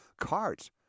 Cards